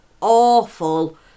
awful